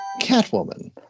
catwoman